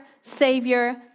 savior